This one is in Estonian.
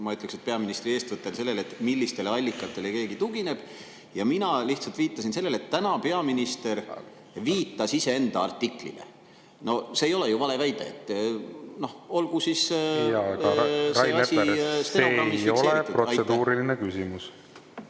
ma ütleksin, peaministri eestvõttel, sellele, millistele allikatele keegi tugineb. Mina lihtsalt viitasin sellele, et täna peaminister viitas iseenda artiklile. See ei ole ju vale väide. Noh, olgu siis see … Jaa, aga, Rain Epler, see ei ole protseduuriline küsimus.